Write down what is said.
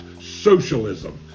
socialism